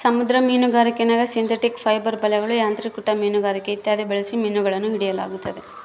ಸಮುದ್ರ ಮೀನುಗಾರಿಕ್ಯಾಗ synthetic fibre ಬಲೆಗಳು, ಯಾಂತ್ರಿಕೃತ ಮೀನುಗಾರಿಕೆ ಇತ್ಯಾದಿ ಬಳಸಿ ಮೀನುಗಳನ್ನು ಹಿಡಿಯಲಾಗುತ್ತದೆ